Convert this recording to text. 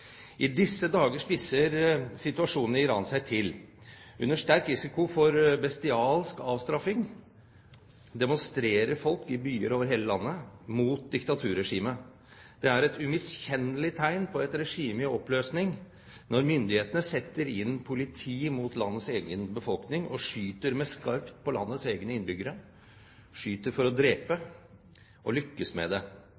I disse dager spisser situasjonen i Iran seg til. Under sterk risiko for bestialsk avstraffing demonstrerer folk i byer over hele landet mot diktaturregimet. Det er et umiskjennelig tegn på et regime i oppløsning når myndighetene setter inn politi mot landets egen befolkning og skyter med skarpt på landets egne innbyggere, skyter for å drepe